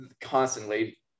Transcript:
constantly